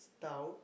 stout